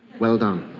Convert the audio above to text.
well done!